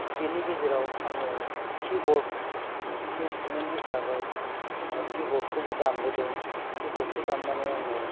बिनि गेजेराव आङो किबर्ड इन्सथ्रुमेन्थ हिसाबै किबर्डखौबो दामबोदों किबर्डखौ दामनानै आङो